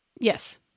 Yes